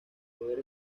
poder